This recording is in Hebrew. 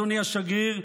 אדוני השגריר,